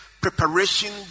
Preparation